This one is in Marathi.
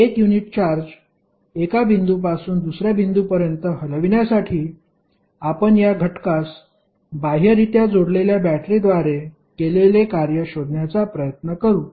1 युनिट चार्ज एका बिंदूपासून दुसर्या बिंदूपर्यंत हलविण्यासाठी आपण या घटकास बाह्यरित्या जोडलेल्या बॅटरीद्वारे केलेले कार्य शोधण्याचा प्रयत्न करु